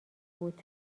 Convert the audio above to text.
بود